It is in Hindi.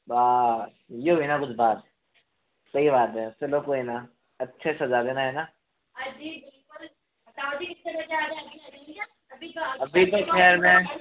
बास यह हुई न कुछ बात सही बात है चलो कोई न अच्छे से सजा देना है न अभी तो खैर मैं